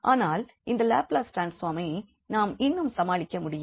ஆனால் இந்த லாப்லஸ் ட்ரான்ஸ்ஃபார்மை நாம் இன்னும் சமாளிக்க முடியும்